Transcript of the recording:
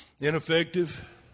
ineffective